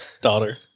daughter